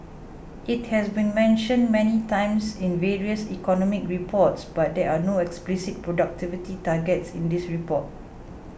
it has been mentioned many times in various economic reports but there are no explicit productivity targets in this report